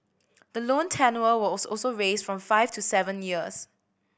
the loan was also raised from five to seven years